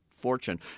Fortune